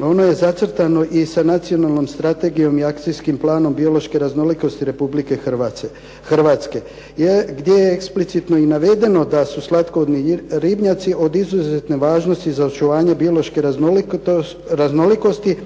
ono je zacrtano i sa Nacionalnom strategijom i akcijskim planom biološke raznolikosti Republike Hrvatske gdje je i eksplicitno i navedeno da su slatkovodni ribnjaci od izuzetne važnosti za očuvanje biološke raznolikosti